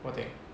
[what] thing